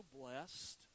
blessed